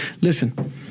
Listen